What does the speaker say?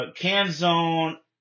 Canzone